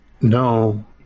No